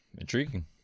Intriguing